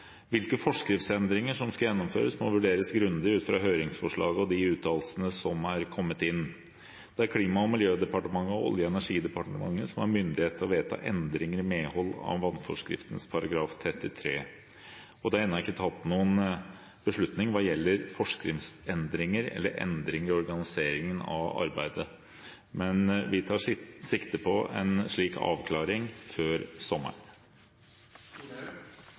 Hvilke forskriftsendringer som skal gjennomføres, må vurderes grundig ut fra høringsforslaget og de uttalelsene som er kommet inn. Det er Klima- og miljødepartementet og Olje- og energidepartementet som har myndighet til å vedta endringer i medhold av vannforskriften § 33. Det er ennå ikke tatt noen beslutning hva gjelder forskriftsendringer eller endringer i organiseringen av arbeidet, men vi tar sikte på en slik avklaring før